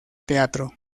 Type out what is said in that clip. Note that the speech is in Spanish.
teatro